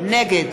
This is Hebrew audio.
נגד